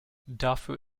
dafür